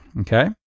okay